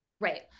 Right